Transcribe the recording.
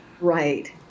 Right